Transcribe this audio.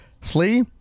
Slee